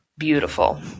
beautiful